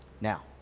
Now